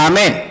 Amen